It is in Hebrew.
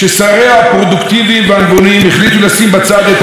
לשים בצד את היריבויות הפוליטיות ולהוביל,